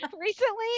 recently